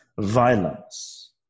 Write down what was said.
violence